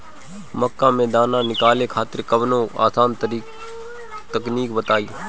मक्का से दाना निकाले खातिर कवनो आसान तकनीक बताईं?